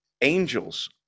angels